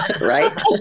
right